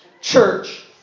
church